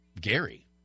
Gary